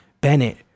Bennett